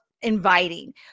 inviting